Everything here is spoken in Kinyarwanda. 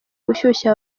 gushyushya